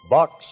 Box